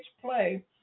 play